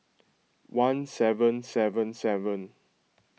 one seven seven seven